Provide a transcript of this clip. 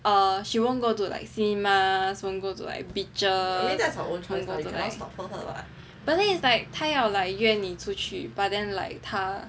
err she won't go to like cinemas won't go to like beaches won't go to like but then is like 她要约你出去 but then like 她